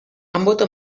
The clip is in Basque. anboto